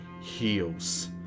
heals